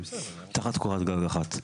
תחת קורת גג אחת.